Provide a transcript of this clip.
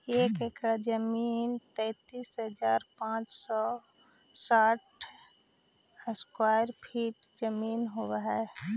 एक एकड़ जमीन तैंतालीस हजार पांच सौ साठ स्क्वायर फीट जमीन होव हई